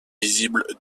visible